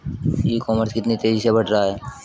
ई commerce कितनी तेजी से बढ़ रहा है?